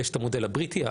יש את המודל הבריטי,